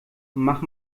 mach